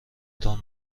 تان